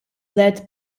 led